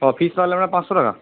অফিসওয়ালারা পাঁচশো টাকা